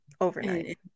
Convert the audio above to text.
overnight